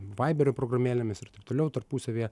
vaiberio programėlėmis ir taip toliau tarpusavyje